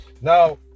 Now